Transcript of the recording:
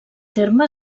terme